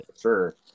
Sure